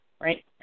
right